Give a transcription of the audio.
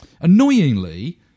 annoyingly